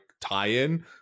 tie-in